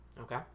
okay